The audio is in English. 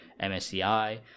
MSCI